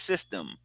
system